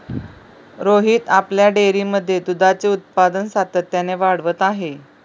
रोहित आपल्या डेअरीमध्ये दुधाचे उत्पादन सातत्याने वाढवत आहे